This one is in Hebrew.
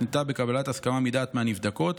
הותנתה בקבלת הסכמה מדעת מהנבדקות